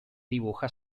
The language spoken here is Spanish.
dibuja